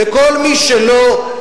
וכל מי שלא,